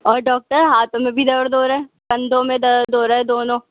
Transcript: اور ڈاکٹر ہاتھوں میں بھی درد ہو رہا ہے کندھوں میں درد ہو رہا ہے دونوں